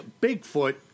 Bigfoot